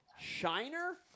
shiner